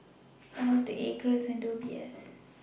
Eld Acres and O B S